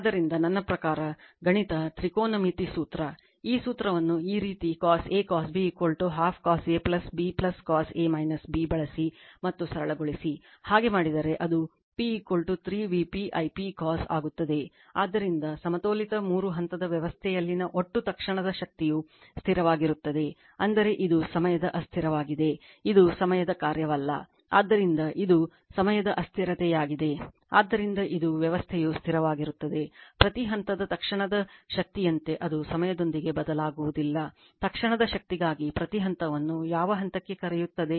ಆದ್ದರಿಂದ ನನ್ನ ಪ್ರಕಾರ ಮೂರು ಹಂತಗಳನ್ನು ಒಟ್ಟಿಗೆ ಮಾಡಿದರೆ ಅದು 3 Vp I p cos ಆಗಿರುತ್ತದೆ ಆದ್ದರಿಂದ ಅದು ಸಮಯಕ್ಕೆ ಸ್ವತಂತ್ರವಾಗಿರುತ್ತದೆ